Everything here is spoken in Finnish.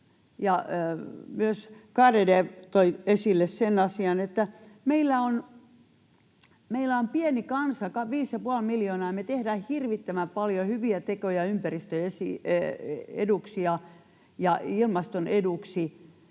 myös Garedew toivat esille — että meillä on pieni kansa, viisi ja puoli miljoonaa, ja me tehdään hirvittävän paljon hyviä tekoja ympäristön eduksi ja ilmaston eduksi,